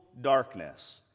darkness